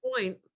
point